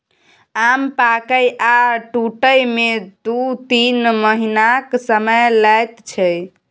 आम पाकय आ टुटय मे दु तीन महीनाक समय लैत छै